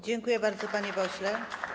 Dziękuję bardzo, panie pośle.